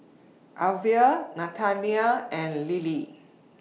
Elvia Nathanial and Lily